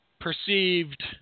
perceived